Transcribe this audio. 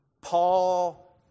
Paul